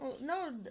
No